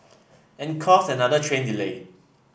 and cause another train delay